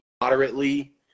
moderately